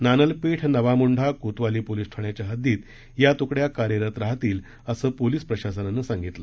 नानलपेठ नवामोंढा कोतवाली पोलीस ठाण्याच्या हद्दीत या तुकड्या कार्यरत राहतील असे पोलीस प्रशासनानं सांगितलं